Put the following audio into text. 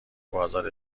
بازار